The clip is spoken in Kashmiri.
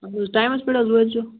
اَہَن حظ ٹایمَس پٮ۪ٹھ حظ وٲتۍزیٚو